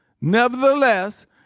Nevertheless